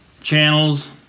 channels